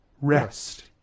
rest